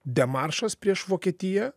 demaršas prieš vokietiją